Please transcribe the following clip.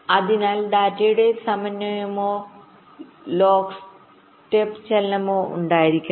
അതിനാൽ ഡാറ്റയുടെ സമന്വയമോ ലോക്ക് സ്റ്റെപ്പ്ചലനമോ ഉണ്ടായിരിക്കണം